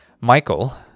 Michael